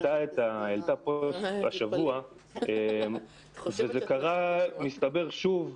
אמרה פה השבוע שזה קרה שוב,